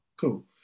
cool